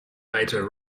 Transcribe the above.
later